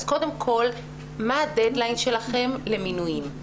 אז קודם כל מה הדד-ליין שלכם למינויים?